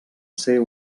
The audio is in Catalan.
ser